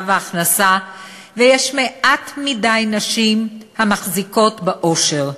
והכנסה ויש מעט מדי נשים המחזיקות בעושר.